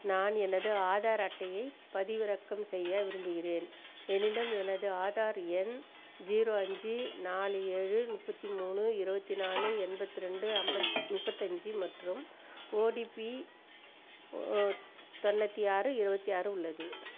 நான் எனது ஆதார் அட்டையை பதிவிறக்கம் செய்ய விரும்புகிறேன் என்னிடம் எனது ஆதார் எண் ஜீரோ அஞ்சு நாலு ஏழு முப்பத்தி மூணு இருபத்தி நாலு எண்பத்திரெண்டு ஐம்பத்தி முப்பத்தஞ்சு மற்றும் ஓடிபி ஓ தொண்ணூற்று ஆறு இருபத்தி ஆறு உள்ளது